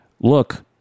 look